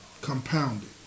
compounded